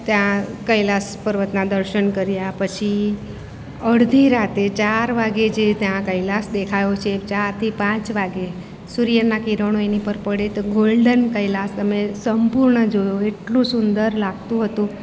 ત્યાં કૈલાશ પર્વતના દર્શન કર્યા પછી અડધી રાત્રે ચાર વાગે જે ત્યાં કૈલાશ દેખાયો છે ચારથી પાંચ વાગે સૂર્યના કિરણો એની પર પડે તો ગોલ્ડન કૈલાસ અમે સંપૂર્ણ જોયો એટલું સુંદર લાગતું હતું